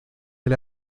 del